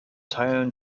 teilen